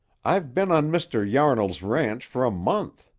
i've been on mr. yarnall's ranch for a month.